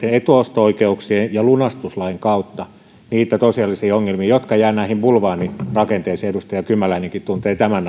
etuosto oikeuksien ja lunastuslain kautta niitä tosiasiallisia ongelmia jotka jäävät näihin bulvaanirakenteisiin edustaja kymäläinenkin tuntee tämän